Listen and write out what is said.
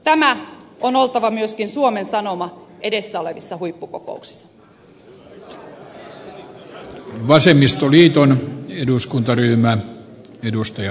tämän on oltava myöskin suomen sanoma edessä olevissa huippukokouksissa